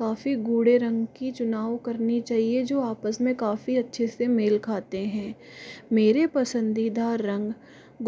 काफ़ी गोढ़े रंग की चुनाव करनी चाहिए जो आपस में काफ़ी अच्छे से मेल खाते हैं मेरे पसंदीदा रंग